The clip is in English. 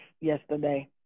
yesterday